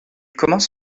commence